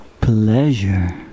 pleasure